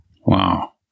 Wow